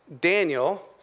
Daniel